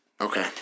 Okay